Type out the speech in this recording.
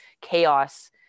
chaos